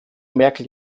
merkel